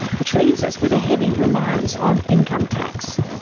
which leaves us with a heavy reliance on income tax.